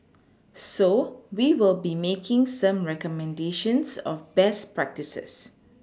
so we will be making some recommendations of best practices